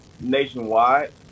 nationwide